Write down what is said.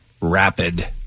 rapid